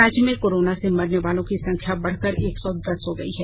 राज्य में कोरोना से मरने वालों की संख्या बढकर एक सौ दस हो गई है